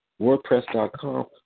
WordPress.com